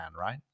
right